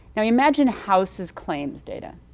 imagine house's claims data.